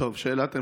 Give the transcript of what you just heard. שאלת המשך.